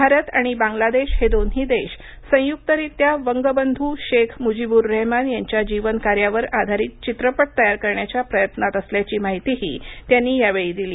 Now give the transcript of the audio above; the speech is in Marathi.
भारत आणि बांगलादेश हे दोन्ही देश संयुकरीत्या वंगबंधू शेख मुजीवूर रेहमान यांच्या जीवनकार्यावर आघारित चित्रपट तयार करण्याच्या प्रयत्नात असल्याची माहितीही त्यांनी यावेळी दिली